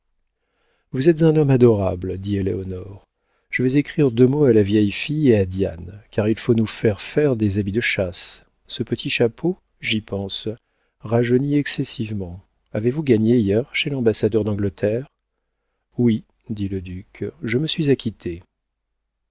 vous êtes un homme adorable dit éléonore je vais écrire deux mots à la vieille fille et à diane car il faut nous faire faire des habits de chasse ce petit chapeau j'y pense rajeunit excessivement avez-vous gagné hier chez l'ambassadeur d'angleterre oui dit le duc je me suis acquitté